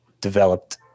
developed